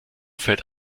fällt